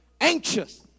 anxious